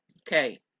Okay